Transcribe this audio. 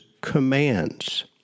commands